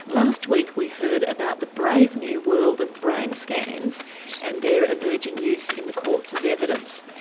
last week we heard about the brave new world of brain scans and their emerging use in the courts as evidence.